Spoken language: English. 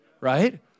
right